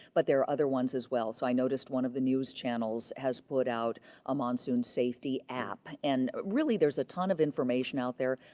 but there are other ones as well. so i noticed one of the news channels has put out a monsoon safety app, and really, there's a ton of information out there.